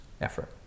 effort